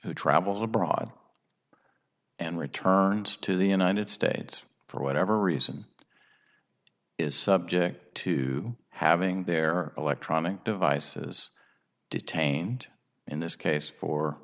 who travels abroad and returns to the united states for whatever reason is subject to having their electronic devices detained in this case for